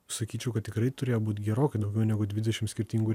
sakyčiau kad tikrai turėjo būt gerokai daugiau negu dvidešimt skirtingų